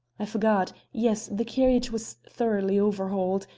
i forgot. yes, the carriage was thoroughly overhauled,